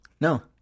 No